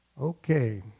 Okay